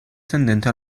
tendente